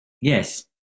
Yes